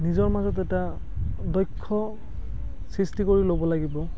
নিজৰ মাজত এটা দক্ষ সৃষ্টি কৰি ল'ব লাগিব